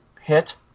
hit